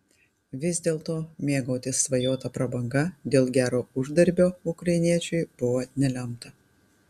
vis dėlto mėgautis svajota prabanga dėl gero uždarbio ukrainiečiui buvo nelemta